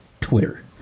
Twitter